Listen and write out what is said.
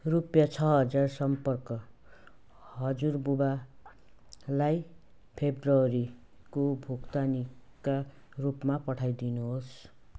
रुपियाँ छ हजार सम्पर्क हजुरबुवालाई फेब्रुअरीको भुक्तानीका रूपमा पठाइदिनुहोस्